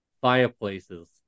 fireplaces